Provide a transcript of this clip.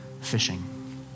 fishing